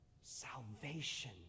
salvation